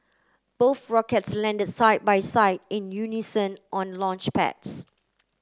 both rockets landed side by side in unison on launchpads